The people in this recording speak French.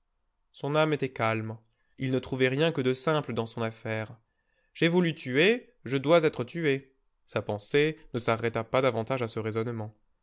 son âme était calme il ne trouvait rien que de simple dans son affaire j'ai voulu tuer je dois être tué sa pensée ne s'arrêta pas davantage à ce raisonnement